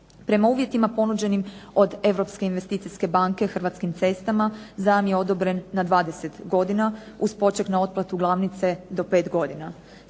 Prema uvjetima ponuđenim od Europske investicijske banke Hrvatskim cestama zajam je odobren na 20 godina uz poček na otplatu glavnice do pet godina.